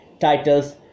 titles